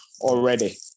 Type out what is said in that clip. already